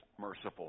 merciful